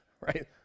right